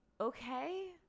okay